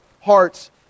hearts